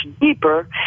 deeper